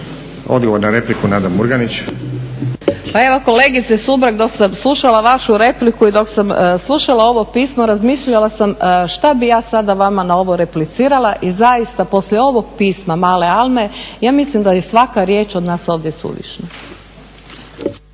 **Murganić, Nada (HDZ)** Pa evo kolegice Sumrak dok sam slušala vašu repliku i dok sam slušala ovo pismo razmišljala sam šta bi ja sada vama na ovo replicirala i zaista poslije ovog pisma male Alme ja mislim da je svaka riječ od nas ovdje suvišna.